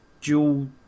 dual